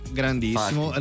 grandissimo